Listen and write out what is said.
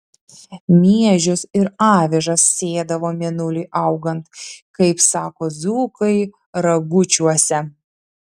miežius ir avižas sėdavo mėnuliui augant kaip sako dzūkai ragučiuose